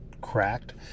cracked